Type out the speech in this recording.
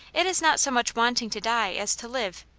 it is not so much wanting to die as to live.